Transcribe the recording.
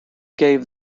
gave